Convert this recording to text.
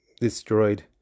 destroyed